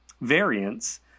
variants